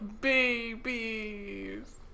Babies